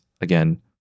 again